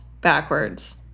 backwards